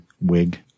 wig